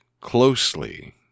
closely